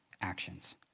actions